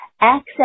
access